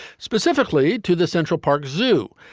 specifically to the central park zoo.